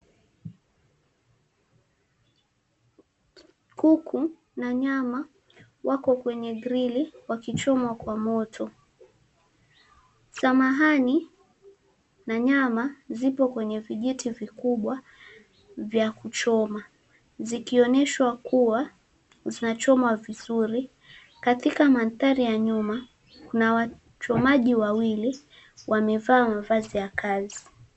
Kuku na nyama wako kwenye grili wakichomwa kwa moto, samahani na nyama zipo kwenye vijiti vikubwa vya kuchomwa zikionyeshwa kuwa zachomwa vizuri, katika mandhari ya nyuma kuna wachomaji wawili wamevaa mavazi ya kazi.